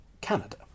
Canada